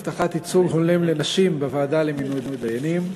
הבטחת ייצוג הולם לנשים בוועדה למינוי דיינים),